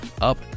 up